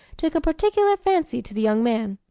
took a particular fancy to the young man.